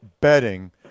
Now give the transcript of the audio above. Betting